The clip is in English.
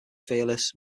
fearless